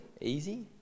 easy